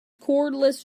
cordless